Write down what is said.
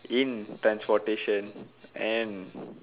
in transportation and